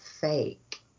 fake